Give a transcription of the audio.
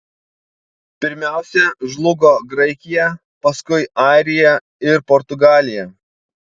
pirmiausia žlugo graikija paskui airija ir portugalija